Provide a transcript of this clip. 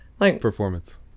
performance